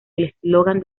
eslogan